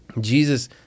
Jesus